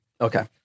Okay